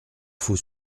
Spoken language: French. faut